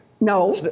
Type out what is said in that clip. no